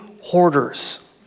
Hoarders